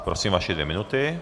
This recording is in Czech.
Prosím vaše dvě minuty.